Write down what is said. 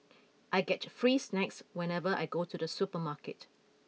I get free snacks whenever I go to the supermarket